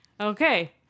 Okay